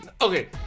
Okay